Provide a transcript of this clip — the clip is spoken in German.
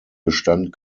bestand